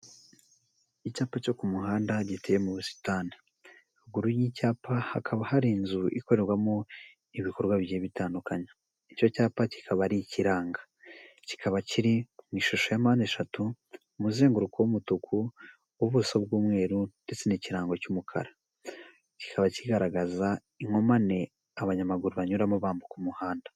Icyapa cyo ku muhanda giteyeye mu busitani, haruguru y'icyapa hakaba hari inzu ikorerwamo ibikorwa bigiye bitandukanye, icyo cyapa kikaba ari ikiranga kikaba kiri mu ishusho ya mpande eshatu, umuzenguruko w'umutuku w'ubuso bw'umweru ndetse n'ikirango cy'umukara, kikaba kigaragaza inkomane abanyamaguru banyuramo bambuka umuhanda.